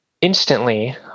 instantly